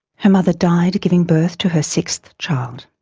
her mother died giving birth to her sixth child.